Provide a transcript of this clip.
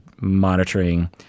monitoring